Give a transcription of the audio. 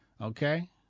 okay